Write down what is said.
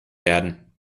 werden